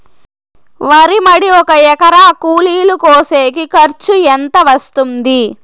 వరి మడి ఒక ఎకరా కూలీలు కోసేకి ఖర్చు ఎంత వస్తుంది?